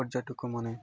ପର୍ଯ୍ୟଟକମାନେ